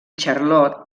charlotte